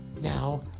Now